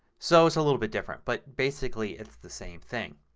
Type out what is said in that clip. so it's a little bit different but basically it's the same thing.